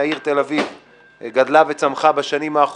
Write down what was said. בקשת יושב ראש ועדת הפנים והגנת הסביבה להקדמת הדיון